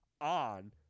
on